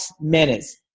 minutes